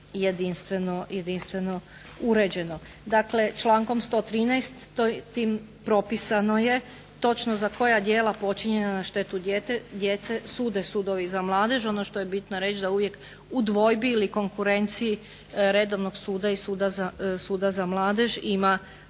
jedinstveno uređeno. Dakle člankom 113. tim propisano je točno za koja djela počinjena na štetu djece sude sudovi za mladež, ono što je bitno reći da uvijek u dvojbi ili konkurenciji redovnog suda i suda za mladež ima